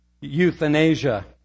euthanasia